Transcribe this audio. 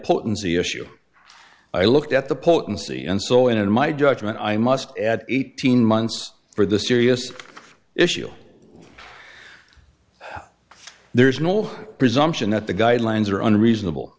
potency issue i looked at the potency and so in my judgment i must add eighteen months for the serious issue there is no presumption that the guidelines are unreasonable